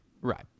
Right